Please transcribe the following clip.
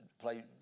play